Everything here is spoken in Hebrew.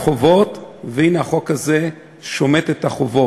יש שמיטת חובות, והנה, החוק הזה שומט את החובות.